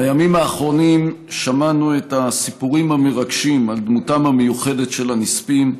בימים האחרונים שמענו את הסיפורים המרגשים על דמותם המיוחדת של הנספים,